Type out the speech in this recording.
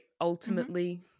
ultimately